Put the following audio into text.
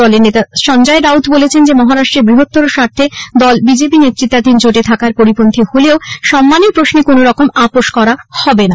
দলের নেতা সঞ্জয় রাউত বলেছেন যে মহারাষ্ট্রের বৃহত্তর স্বার্থে দল বিজেপি নেতৃত্বাধীন জোটে থাকার পরিপন্থী হলেও সম্মানের প্রশ্নে কোনরকম আপোষ করা হবেন না